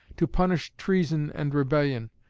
to punish treason and rebellion,